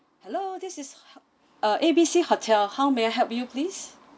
hello this is uh A B C hotel how may I help you please